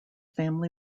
family